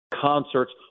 concerts